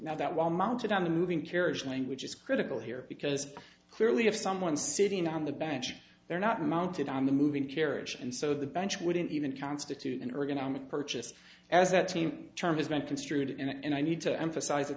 now that while mounted on a moving carriage language is critical here because clearly if someone sitting on the bench they're not mounted on the moving carriage and so the bench wouldn't even constitute an ergonomic purchase as that team term has been construed and i need to emphasize at